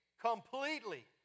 completely